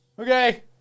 Okay